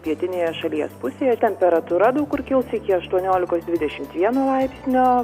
pietinėje šalies pusėje temperatūra daug kur kils iki aštuoniolikos dvidešimt vieno laipsnio